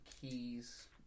keys